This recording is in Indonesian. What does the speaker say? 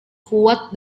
kuat